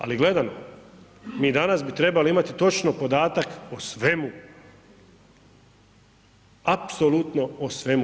Ali gledano mi danas bi trebali imati točno podatak o svemu, apsolutno o svemu.